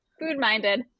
food-minded